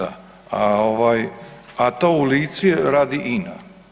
A to u Lici radi INA.